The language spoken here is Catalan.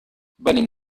venim